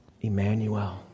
Emmanuel